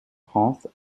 france